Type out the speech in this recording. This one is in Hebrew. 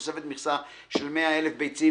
תוספת מכסה של 100,000 ביצים,